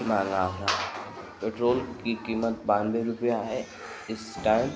महँगा आता है पेट्रोल की कीमत बानवे रुपया है इस टाइम